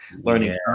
learning